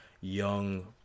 young